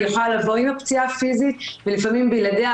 היא יכולה לבוא עם הפציעה הפיזית ולפעמים בלעדיה,